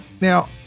now